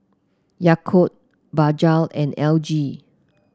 Yakult Bajaj and L G